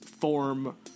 form